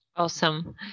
Awesome